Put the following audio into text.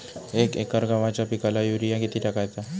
एक एकर गव्हाच्या पिकाला युरिया किती टाकायचा?